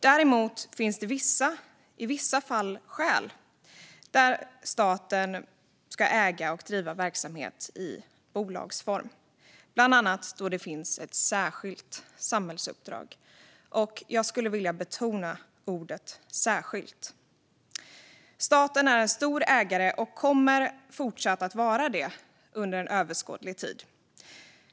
Däremot finns det i vissa fall skäl för staten att äga och driva verksamhet i bolagsform, bland annat då det finns ett särskilt samhällsuppdrag. Jag skulle vilja betona ordet "särskilt" här. Staten är en stor ägare och kommer att fortsätta att vara det under överskådlig tid.